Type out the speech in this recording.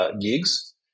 gigs